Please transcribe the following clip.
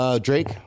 Drake